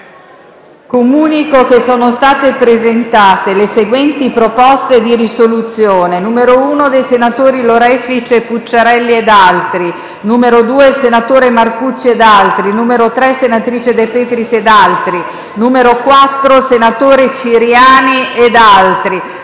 Comunico che sono state presentate le seguenti proposte di risoluzione: